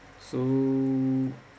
so